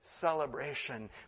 celebration